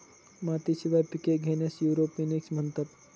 मातीशिवाय पिके घेण्यास एरोपोनिक्स म्हणतात